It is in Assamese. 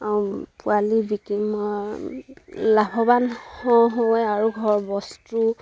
পোৱালি বিক্ৰী মই লাভৱান হ হওঁ আৰু ঘৰ বস্তু